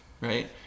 right